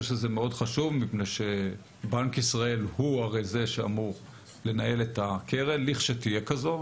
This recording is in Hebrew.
זה מאוד חשוב מפני שבנק ישראל הוא שאמור לנהל את הקרן לכשתהיה כזאת,